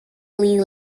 lee